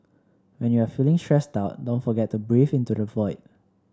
when you are feeling stressed out don't forget to breathe into the void